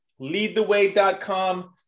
leadtheway.com